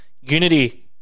Unity